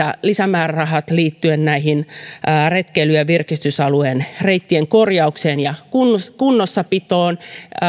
lisämäärärahat liittyen retkeily ja virkistysalueiden reittien korjaukseen ja kunnossapitoon